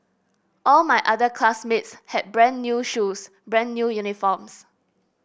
all my other classmates had brand new shoes brand new uniforms